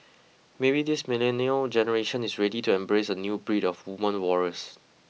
maybe this millennial generation is ready to embrace a new breed of woman warriors